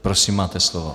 Prosím, máte slovo.